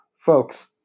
Folks